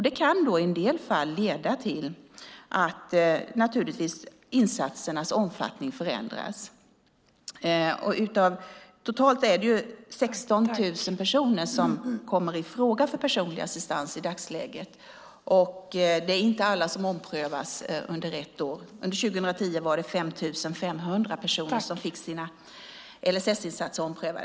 Det kan i en del fall naturligtvis leda till att insatsernas omfattning förändras. Totalt är det 16 000 personer som kommer i fråga för personlig assistans i dagsläget, och det är inte alla som omprövas under ett år. Under 2010 var det 5 500 personer som fick sina LSS-insatser omprövade.